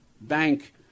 Bank